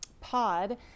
Pod